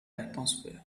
atmosphere